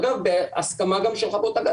אגב בהסכמה גם של חברות הגז.